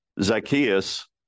Zacchaeus